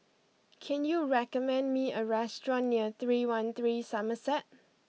can you recommend me a restaurant near Three One Three Somerset